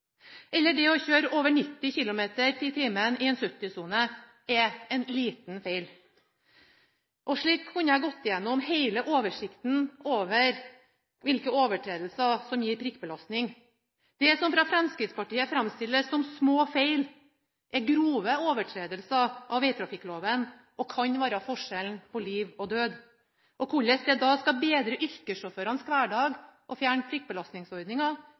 eller når det å kjøre i over 90 km/t i en 70-sone er en liten feil. Slik kunne jeg gått igjennom hele oversikten over hvilke overtredelser som gir prikkbelastning. Det som fra Fremskrittspartiet framstilles som «små feil», er grove overtredelser av vegtrafikkloven og kan være forskjellen på liv og død. Så hvordan det å fjerne prikkbelastningsordningen da skal bedre yrkessjåførenes hverdag,